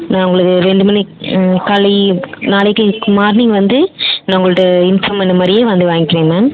நான் உங்களுக்கு ரெண்டு மணிக் காலை நாளைக்கு மார்னிங் வந்து நான் உங்கள்ட்ட இன்ஃபார்ம் பண்ண மாதிரியே வந்து வாங்கிக்கிறேன் மேம்